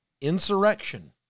insurrection